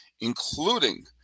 including